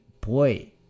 boy